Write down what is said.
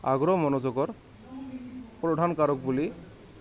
আগ্ৰহ মনোযোগৰ প্ৰধান কাৰক বুলি